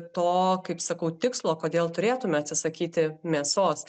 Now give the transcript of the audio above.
to kaip sakau tikslo kodėl turėtume atsisakyti mėsos